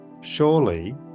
Surely